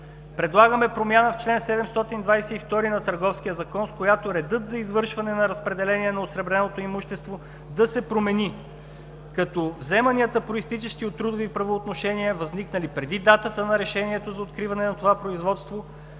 Предлагаме промяна в чл. 722 на Търговския закон, в която редът за извършване на разпределение на осребреното имущество да се промени, като вземанията, произтичащи от трудови правоотношения, възникнали преди датата на решението за откриване на това производство,